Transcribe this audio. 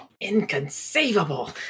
Inconceivable